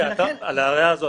על ההערה הזאת.